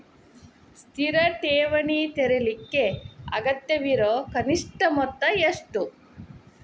ಸ್ಥಿರ ಠೇವಣಿ ತೆರೇಲಿಕ್ಕೆ ಅಗತ್ಯವಿರೋ ಕನಿಷ್ಠ ಮೊತ್ತ ಎಷ್ಟು?